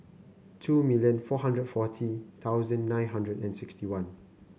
two million four hundred forty thousand nine hundred and sixty one